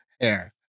hair